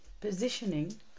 positioning